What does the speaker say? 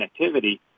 connectivity